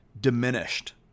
diminished